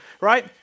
right